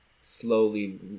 slowly